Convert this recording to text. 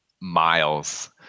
miles